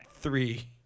Three